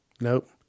Nope